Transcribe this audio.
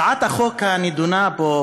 הצעת החוק הנדונה פה,